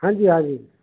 हाँजी हाँजी